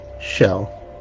shell